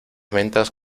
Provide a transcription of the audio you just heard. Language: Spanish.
ventas